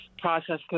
process